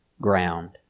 ground